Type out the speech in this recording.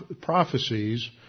prophecies